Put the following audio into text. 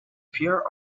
pure